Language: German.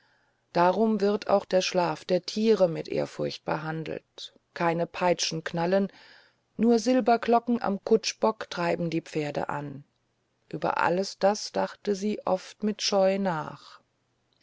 darum wird auch der schlaf der tiere mit ehrfurcht behandelt keine peitschen knallen nur silberglocken am kutschbock treiben die pferde an über alles das dachte sie oft mit scheu nach